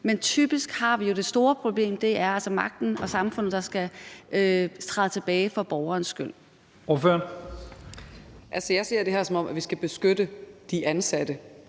men typisk har vi jo det store problem, når det er magten og samfundet, der skal træde tilbage for borgerens skyld.